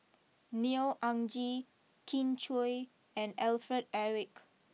Neo Anngee Kin Chui and Alfred Eric